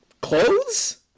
clothes